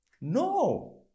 no